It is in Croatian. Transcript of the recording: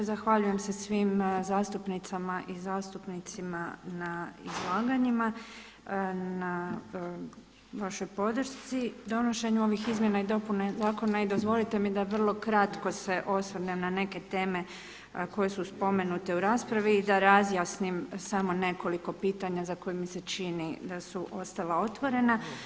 Zahvaljujem se svim zastupnicama i zastupnicima na izlaganjima, na vašoj podršci, donošenju ovih izmjena i dopuna zakona i dozvolite mi da vro kratko se osvrnem na neke teme koje su spomenute u raspravi i da razjasnim samo nekoliko pitanja za koja mi se čini da su ostala otvorena.